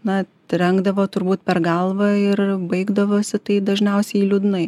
na trenkdavo turbūt per galvą ir baigdavosi tai dažniausiai liūdnai